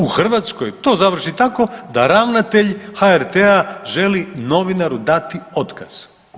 U Hrvatskoj to završi tako da ravnatelj HRT-a želi novinaru dati otkaz.